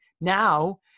now